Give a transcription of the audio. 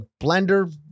blender